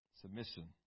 Submission